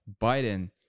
Biden